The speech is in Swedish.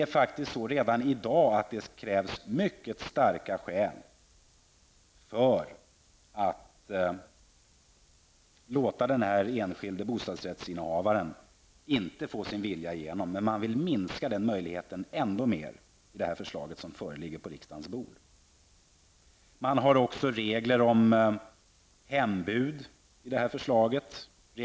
Redan i dag krävs faktiskt mycket starka skäl för att den enskilde bostadsrättsinnehavaren skall få sin vilja igenom, men man vill minska den möjligheten ännu mer i det förslag som föreligger på riksdagens bord. Det finns också regler om hembud i det här förslaget.